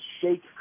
shake